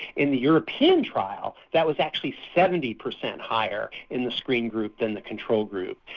in the european trial that was actually seventy percent higher in the screened group than the control group,